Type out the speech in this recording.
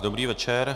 Dobrý večer.